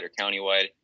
countywide